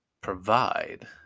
provide